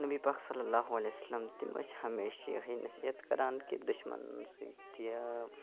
نبی پاک صلَہ اللہُ علیہِہ وَسَلَم تِم ٲسۍ ہَمیشہٕ یِہَے نَصیحت کَران کہِ دُشمَنن سۭتۍ